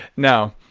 now,